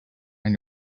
and